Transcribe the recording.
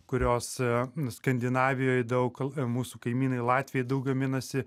kurios nu skandinavijoj daug kl mūsų kaimynai latviai daug gaminasi